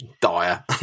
dire